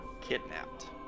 kidnapped